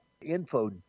info